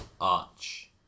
arch